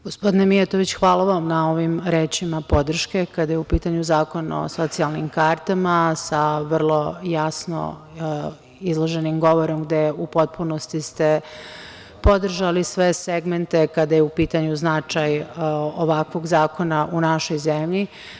Gospodine Mijatović, hvala vam na ovim rečima podrške kada je u pitanju Zakon o socijalnim kartama, sa vrlo jasno izloženim govorom gde ste u potpunosti podržali sve segmente kada je u pitanju značaj ovakvog zakona u našoj zemlji.